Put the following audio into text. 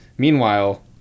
Meanwhile